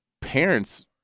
parents